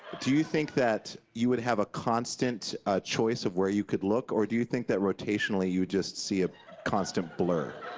do you think that you would have a constant choice of where you could look? or do you think that rotationally you just see a constant blur?